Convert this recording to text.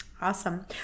Awesome